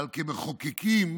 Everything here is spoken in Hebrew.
אבל כמחוקקים